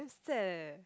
very sad eh